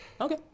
Okay